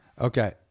Okay